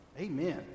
Amen